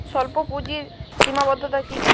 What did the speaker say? স্বল্পপুঁজির সীমাবদ্ধতা কী কী?